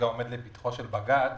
עומד לפתחו של בג"ץ --- לא,